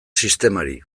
sistemari